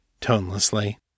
tonelessly